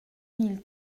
mille